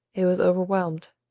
it was overwhelmed,